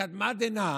מקדמת דנא